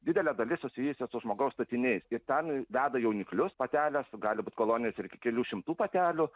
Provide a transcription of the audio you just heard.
didelė dalis susijusi su žmogaus statiniais ir ten veda jauniklius patelės gali būt kolonijos ir iki kelių šimtų patelių